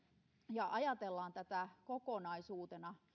ja ajatellaan tätä kokonaisuutena